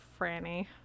Franny